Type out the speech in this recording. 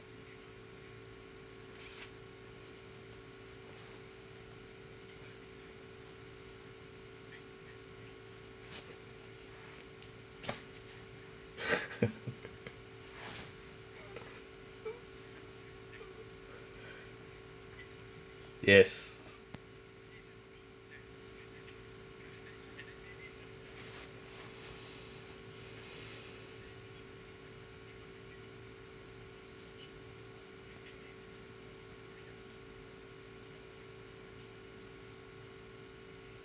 yes